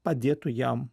padėtų jam